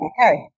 Okay